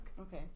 Okay